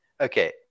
Okay